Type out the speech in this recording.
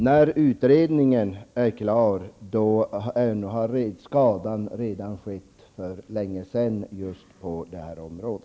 När utredningen är klar är skadan redan skedd för länge sedan just på detta område.